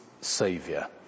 saviour